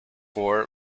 for